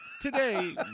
Today